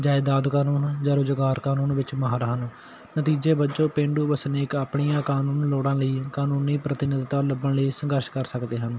ਜਾਇਦਾਦ ਕਾਨੂੰਨ ਜਾਂ ਰੁਜ਼ਗਾਰ ਕਾਨੂੰਨ ਵਿੱਚ ਮਾਹਰ ਹਨ ਨਤੀਜੇ ਵਜੋਂ ਪੇਂਡੂ ਵਸਨੀਕ ਆਪਣੀਆਂ ਕਾਨੂੰਨ ਲੋੜਾਂ ਲਈ ਕਾਨੂੰਨੀ ਪ੍ਰਤੀਨਿਧਤਾ ਲੱਭਣ ਲਈ ਸੰਘਰਸ਼ ਕਰ ਸਕਦੇ ਹਨ